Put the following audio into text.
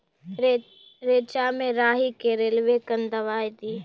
रेचा मे राही के रेलवे कन दवाई दीय?